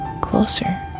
closer